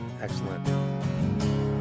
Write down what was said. excellent